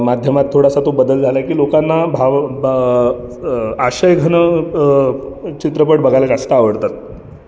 माध्यमात थोडासा तो बदल झाला आहे की लोकांना भाव बा आशयघन चित्रपट बघायला जास्त आवडतात